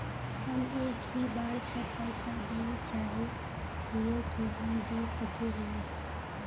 हम एक ही बार सब पैसा देल चाहे हिये की हम दे सके हीये?